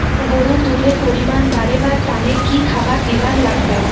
গরুর দুধ এর পরিমাণ বারেবার তানে কি খাবার দিবার লাগবে?